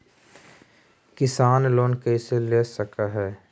किसान लोन कैसे ले सक है?